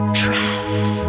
trapped